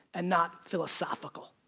and not philosophical.